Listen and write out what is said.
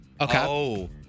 Okay